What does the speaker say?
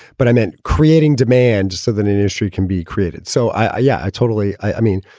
but i mean, creating demand so that the industry can be created. so i yeah, i totally i mean.